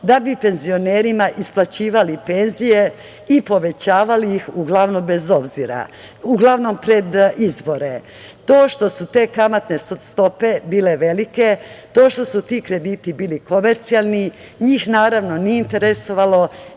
da bi penzionerima isplaćivali penzije i povećavali ih uglavnom pred izbore. To što su te kamatne stope bile velike, to što su ti krediti bili komercijalni, njih naravno nije interesovalo,